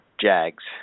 jags